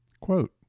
Quote